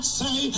say